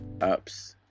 ups